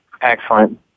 Excellent